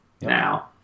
now